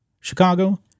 Chicago